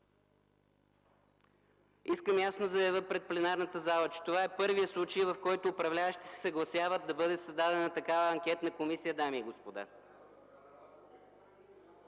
Искам ясно да заявя пред пленарната зала, че това е първият случай, в който управляващите се съгласяват да бъде създадена такава анкетна комисия, дами и господа.